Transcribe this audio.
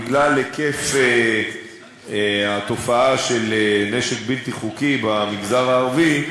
בגלל היקף התופעה של נשק בלתי חוקי במגזר הערבי,